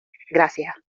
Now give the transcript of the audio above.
gracias